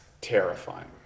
terrifying